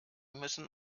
müssen